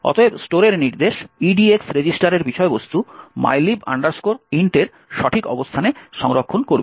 অতএব স্টোরের নির্দেশ EDX রেজিস্টারের বিষয়বস্তু mylib int এর সঠিক অবস্থানে সংরক্ষণ করবে